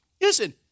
listen